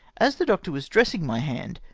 as the doctor was dressmg my hand,